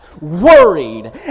worried